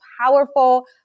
powerful